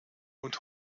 und